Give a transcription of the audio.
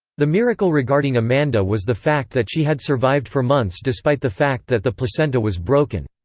the miracle regarding amanda was the fact that she had survived for months despite the fact that the placenta was broken.